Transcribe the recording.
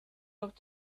off